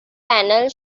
panel